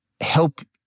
help